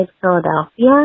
Philadelphia